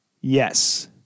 Yes